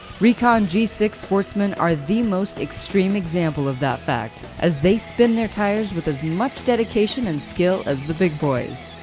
recon g six sportsmen are the most extreme example of that fact as they spin their tires with as much dedication and skill as the big boys.